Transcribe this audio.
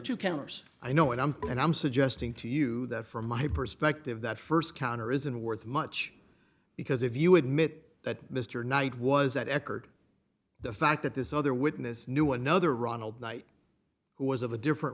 to converse i know what i'm and i'm suggesting to you that from my perspective that st counter isn't worth much because if you admit that mr knight was at eckerd the fact that this other witness knew another ronald knight who was of a different